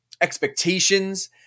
expectations